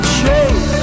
shape